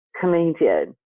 comedian